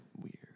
weird